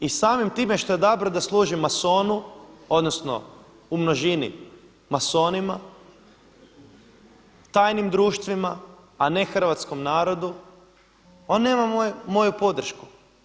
I samim time što je odabrao da služi masonu, odnosno u množini masonima, tajnim društvima a ne hrvatskom narodu, on nema moju podršku.